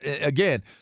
again